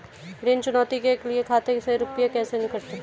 ऋण चुकौती के लिए खाते से रुपये कैसे कटते हैं?